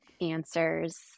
answers